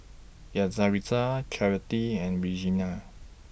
Yaritza Charity and Regenia